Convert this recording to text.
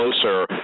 closer